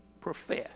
profess